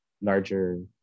larger